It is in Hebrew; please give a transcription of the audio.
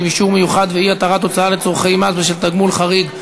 (אישור מיוחד ואי-התרת הוצאה לצורכי מס בשל תגמול חריג),